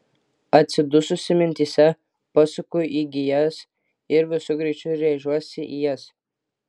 atsidususi mintyse pasuku į gijas ir visu greičiu rėžiuosi į jas